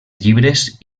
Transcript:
llibres